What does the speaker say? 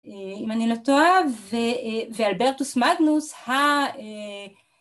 אם אני לא טועה ואלברטוס מגנוס